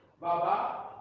Baba